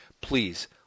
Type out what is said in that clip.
Please